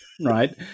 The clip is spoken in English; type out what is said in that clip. right